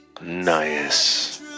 Nice